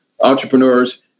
entrepreneurs